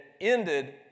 ended